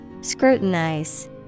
Scrutinize